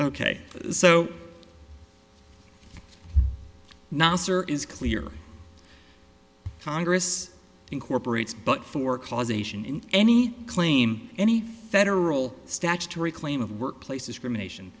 ok so nasir is clear congress incorporates but for causation in any claim any federal statutory claim of workplace discrimination